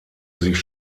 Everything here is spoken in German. sich